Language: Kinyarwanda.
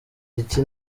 muziki